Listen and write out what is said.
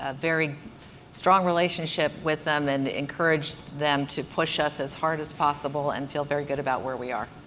ah very strong relationship with them and encourage them to push us as hard as possible and feel very good about where we are.